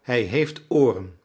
hij heeft ooren